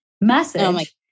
message